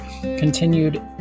continued